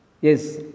Yes